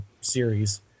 series